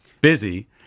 busy